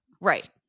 Right